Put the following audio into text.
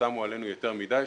ששמו עלינו יותר מדי.